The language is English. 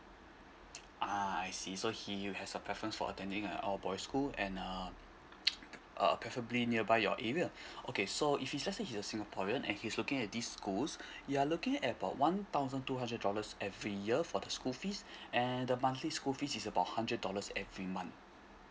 ah I see so he has some preference for attending a all boys school and uh uh preferably nearby your area okay so if he just say he is a singaporean and he's looking at this school you are looking at about one thousand two hundred dollars every year for the school fees and the monthly school fees is about hundred dollars every month